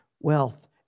wealth